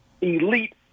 elite